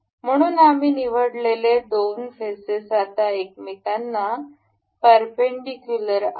म्हणून आम्ही निवडलेलेदोन फेसेस आता एकमेकांना परपेंडिकुलर आहेत